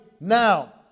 now